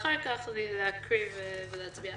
אחר כך לקרוא ולהצביע על הנוסח.